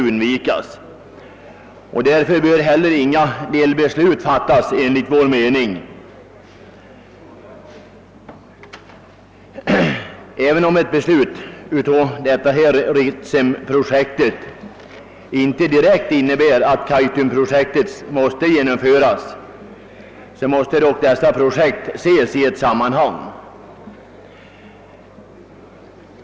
Av denna anledning bör inte heller några delbeslut fattas enligt vår mening. Även om ett beslut om Ritsemprojektet inte direkt innebär att Kaitumprojektet måste genomföras, bör dock dessa projekt ses i ett sammanhang.